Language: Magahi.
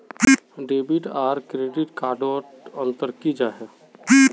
डेबिट आर क्रेडिट कार्ड डोट की अंतर जाहा?